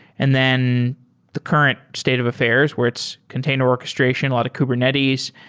and then the current state of affairs where it's container orchestration, a lot of kubernetes,